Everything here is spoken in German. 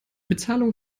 bezahlung